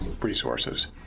resources